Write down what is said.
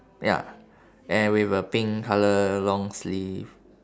ya and with a pink colour long sleeve